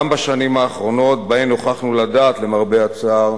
גם בשנים האחרונות, שבהן נוכחנו לדעת, למרבה הצער,